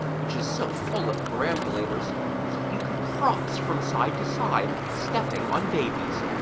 which is so full of perambulators that you could cross from side to side stepping on babies,